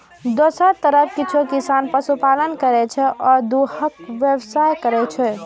दोसर तरफ किछु किसान पशुपालन करै छै आ दूधक व्यवसाय करै छै